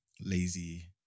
lazy